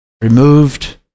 removed